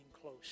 close